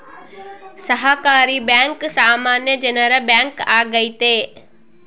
ಸಹಕಾರಿ ಬ್ಯಾಂಕ್ ಸಾಮಾನ್ಯ ಜನರ ಬ್ಯಾಂಕ್ ಆಗೈತೆ